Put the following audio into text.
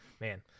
Man